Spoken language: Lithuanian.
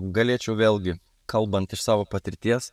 galėčiau vėlgi kalbant iš savo patirties